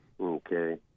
Okay